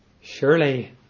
surely